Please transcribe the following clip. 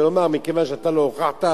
ולומר: מכיוון שאתה לא הוכחת,